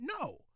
No